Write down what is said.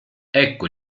ecco